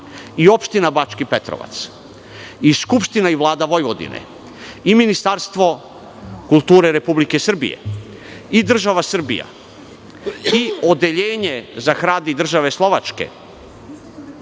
i Opština Bački Petrovac i Skupština i Vlada Vojvodine i Ministarstvo kulture Republike Srbije i država Srbija i Odeljenje za rad i države Slovačke.